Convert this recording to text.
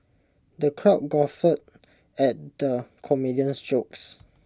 the crowd guffawed at the comedian's jokes